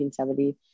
1970